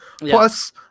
Plus